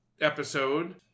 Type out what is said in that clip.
episode